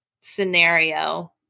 scenario